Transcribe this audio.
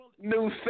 new